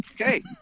okay